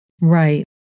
Right